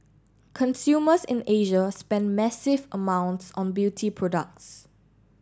consumers in Asia spend massive amounts on beauty products